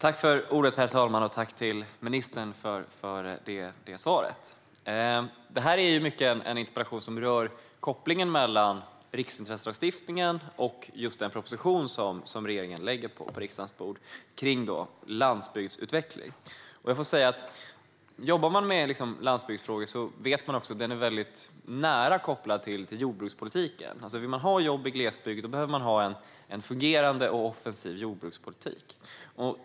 Herr talman! Tack, ministern, för svaret! Det här är mycket en interpellation som rör kopplingen mellan riksintresselagstiftningen och den proposition kring landsbygdsutveckling som regeringen lägger på riksdagens bord. Jobbar man med landsbygdsfrågor vet man att de är nära kopplade till jordbrukspolitiken. Vill man ha jobb i glesbygd behöver man ha en fungerande och offensiv jordbrukspolitik.